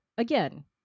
Again